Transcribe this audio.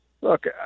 look